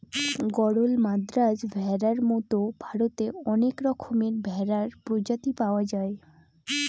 গরল, মাদ্রাজ ভেড়ার মতো ভারতে অনেক রকমের ভেড়ার প্রজাতি পাওয়া যায়